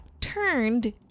turned